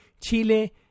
Chile